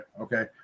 okay